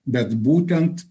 bet būtent